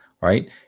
right